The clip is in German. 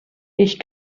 ich